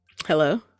Hello